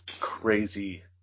crazy